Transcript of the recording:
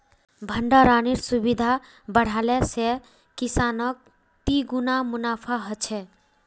भण्डरानेर सुविधा बढ़ाले से किसानक तिगुना मुनाफा ह छे